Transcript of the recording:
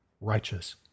righteous